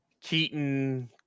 Keaton